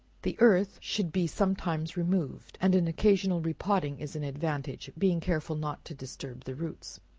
the earth should be sometimes removed, and an occasional re-potting, is an advantage being careful not to disturb the roots.